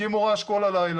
הם יקימו רעש כל הלילה,